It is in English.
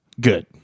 good